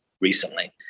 recently